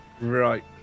Right